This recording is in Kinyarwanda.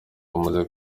bamaze